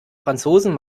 franzosen